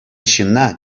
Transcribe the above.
ҫынна